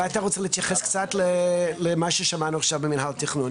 אולי תרצה להתייחס למה ששמענו במנהל התכנון.